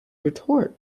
retort